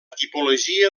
tipologia